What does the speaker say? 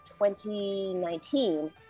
2019